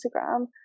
Instagram